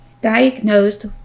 diagnosed